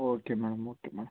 okay madam okay madam